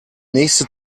nächste